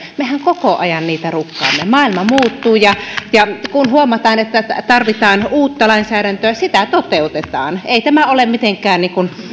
mehän koko ajan rukkaamme näitä työllisyyteen ja työttömyyteen liittyviä lakeja maailma muuttuu ja ja kun huomataan että tarvitaan uutta lainsäädäntöä sitä toteutetaan ei tämä ole mitenkään